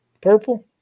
Purple